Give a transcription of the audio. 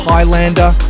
Highlander